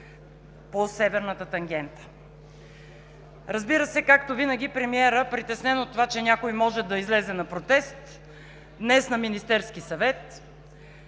по Северната тангента. Разбира се, както винаги премиерът, притеснен от това, че някой може да излезе на протест, днес на Министерския съвет